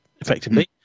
effectively